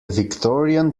victorian